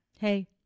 Hey